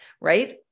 right